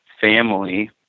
family